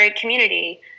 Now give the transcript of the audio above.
community